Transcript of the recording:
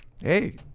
hey